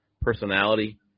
personality